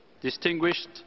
distinguished